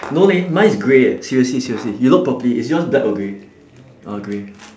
no leh mine is grey eh seriously seriously you look properly is yours black or grey oh grey